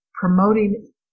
promoting